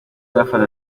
bafata